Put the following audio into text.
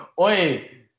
Oi